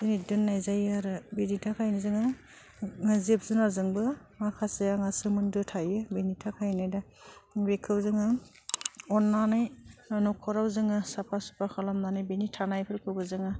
दिनै दोननाय जायो आरो बिदि थाखायनो जोङो जिब जुनारजोंबो माखासे आंहा सोमोन्दो थायो बिनि थाखायनो दा बेखौ जोङो अननानै नखराव जोङो साफा साफा खालामनानै बेनि थानायफोरखौबो जोङो